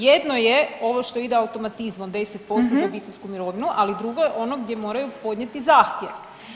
Jedno je ovo što ide automatizmom 10% za obiteljsku mirovinu, ali drugo je ono gdje moraju podnijeti zahtjev.